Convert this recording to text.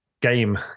game